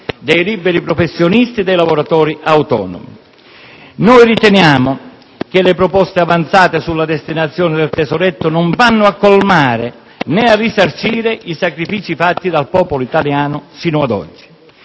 dei liberi professionisti e dei lavoratori autonomi. Noi riteniamo che le proposte avanzate sulla destinazione del tesoretto non vanno a colmare né a risarcire i sacrifici dal popolo italiano sino ad oggi.